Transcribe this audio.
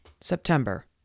September